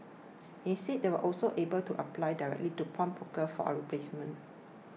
instead they also able to apply directly into pawnbrokers for a replacement